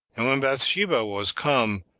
and when bathsheba was come,